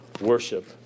Worship